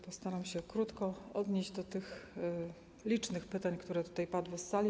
Postaram się krótko odnieść do tych licznych pytań, które tutaj padły z sali.